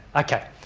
okay,